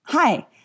Hi